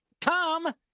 Tom